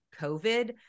COVID